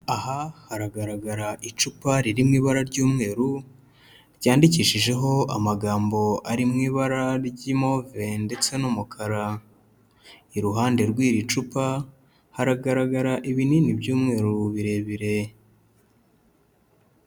Aha haragaragara icupa riri mu ibara ry'umweru, ryandikishijeho amagambo ari mu ibara ry'imove ndetse n'umukara. Iruhande rw'iri cupa, haragaragara ibinini by'umweru birebire.